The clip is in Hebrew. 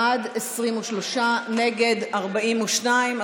בעד 23, נגד, 42,